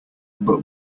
but